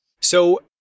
So-